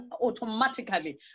automatically